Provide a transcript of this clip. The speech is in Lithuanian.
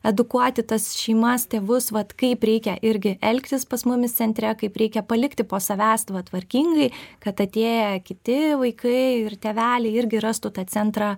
edukuoti tas šeimas tėvus vat kaip reikia irgi elgtis pas mumis centre kaip reikia palikti po savęs va tvarkingai kad atėję kiti vaikai ir tėveliai irgi rastų tą centrą